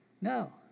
No